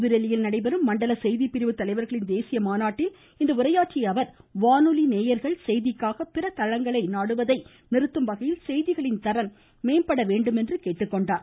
புதுதில்லியில் நடைபெறும் மண்டல செய்திப்பிரிவு தலைவர்களின் தேசிய மாநாட்டில் இன்று உரையாற்றிய அவர் வானொலி நேயர்கள் செய்திக்காக பிற தலங்களை நாடுவதை நிறுத்தும் வகையில் செய்திகளின் தரம் மேம்பட வேண்டும் என்றார்